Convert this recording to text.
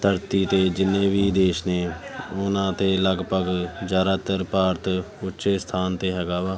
ਧਰਤੀ 'ਤੇ ਜਿੰਨੇ ਵੀ ਦੇਸ਼ ਨੇ ਉਹਨਾਂ 'ਤੇ ਲਗਭਗ ਜ਼ਿਆਦਾਤਰ ਭਾਰਤ ਉੱਚੇ ਸਥਾਨ 'ਤੇ ਹੈਗਾ ਵਾ